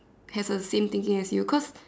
have the same thinking as you cause